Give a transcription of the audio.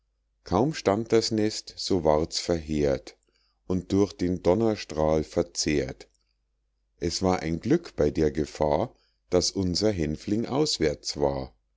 kaum stand das nest so ward's verheert und durch den donnerstrahl verzehrt es war ein glück bei der gefahr daß unser hänfling auswärts war